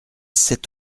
sept